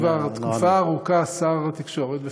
אני כבר תקופה ארוכה שר תקשורת בפועל,